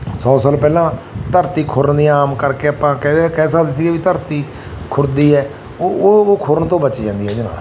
ਸੌ ਸਾਲ ਪਹਿਲਾਂ ਧਰਤੀ ਖੁਰਣ ਦੀ ਆਮ ਕਰਕੇ ਆਪਾਂ ਕਹਿੰਦੇ ਕਹਿ ਸਕਦੇ ਸੀਗੇ ਵੀ ਧਰਤੀ ਖੁਰਦੀ ਹੈ ਉਹ ਉਹ ਖੁਰਣ ਤੋਂ ਬਚ ਜਾਂਦੀ ਇਹਦੇ ਨਾਲ